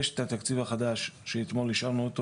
יש את התקציב החדש שאתמול אישרנו אותו